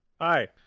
Hi